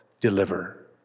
deliver